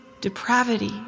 depravity